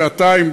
שעתיים,